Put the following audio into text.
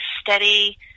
steady